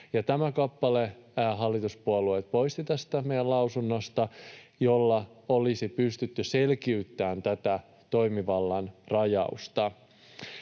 Ja hallituspuolueet poistivat tästä meidän lausunnosta tämän kappaleen, jolla olisi pystytty selkiyttämään tätä toimivallan rajausta.